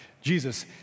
Jesus